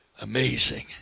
amazing